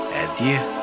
adieu